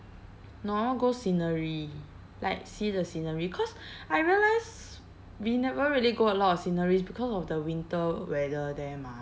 no I want go scenery like see the scenery cause I realised we never really go a lot of sceneries because of the winter weather there mah